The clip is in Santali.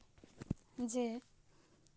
ᱡᱮ